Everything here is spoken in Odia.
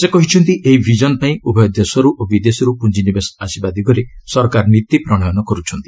ସେ କହିଛନ୍ତି ଏହି ଭିଜନ ପାଇଁ ଉଭୟ ଦେଶରୁ ଓ ବିଦେଶରୁ ପୁଞ୍ଜିନିବେଶ ଆସିବା ଦିଗରେ ସରକାର ନୀତି ପ୍ରଣୟନ କରୁଛନ୍ତି